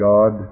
God